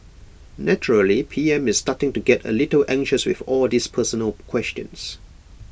naturally P M is starting to get A little anxious with all these personal questions